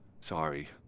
Sorry